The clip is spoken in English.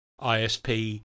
ISP